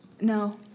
no